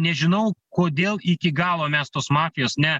nežinau kodėl iki galo mes tos mafijos ne